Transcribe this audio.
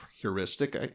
heuristic